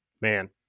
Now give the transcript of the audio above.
Man